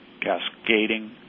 cascading